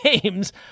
games